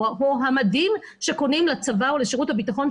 המדים שקונים לצבא או לשירות הביטחון,